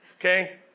Okay